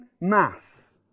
mass